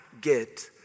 get